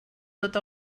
tot